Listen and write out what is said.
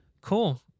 Cool